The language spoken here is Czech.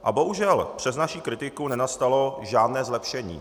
A bohužel přes naši kritiku nenastalo žádné zlepšení.